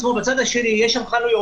למתחם, בצד השני, יש חנויות.